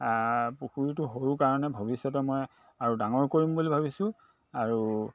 পুখুৰীটো সৰু কাৰণে ভৱিষ্যতে মই আৰু ডাঙৰ কৰিম বুলি ভাবিছোঁ আৰু